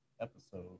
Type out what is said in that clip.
episode